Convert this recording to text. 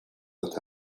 but